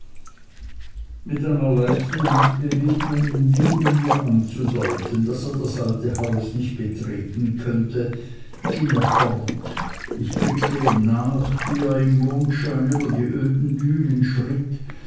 mit einer leichten handbewegung wie um mir anzudeuten daß er das alte haus nicht betreten könnte ging er fort ich blickte ihm nach wie er im mondschein über die öden dünen